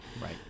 right